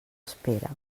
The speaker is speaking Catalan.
espera